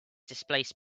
displaced